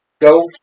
Go